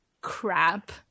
crap